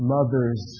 Mothers